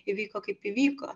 įvyko kaip įvyko